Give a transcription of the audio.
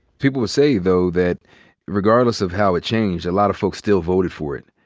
people will say though that regardless of how it changed, a lot of folks still voted for it.